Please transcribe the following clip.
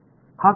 हा काय आहे